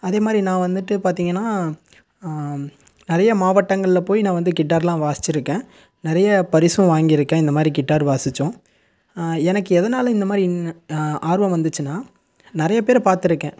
அதே மாதிரி நான் வந்துட்டு பார்த்தீங்கன்னா நிறைய மாவட்டங்களில் போய் நான் வந்து கிட்டாரெலாம் வாசிச்சுருக்கேன் நிறைய பரிசும் வாங்கியிருக்கேன் இந்த மாதிரி கிட்டார் வாசித்தும் எனக்கு எதனால் இந்த மாதிரி ஆர்வம் வந்துச்சுன்னா நிறைய பேரை பார்த்துருக்கேன்